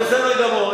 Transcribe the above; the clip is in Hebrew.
בסדר גמור.